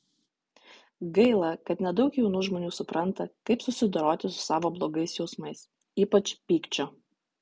gaila kad nedaug jaunų žmonių supranta kaip susidoroti su savo blogais jausmais ypač pykčiu